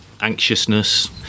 anxiousness